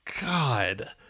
God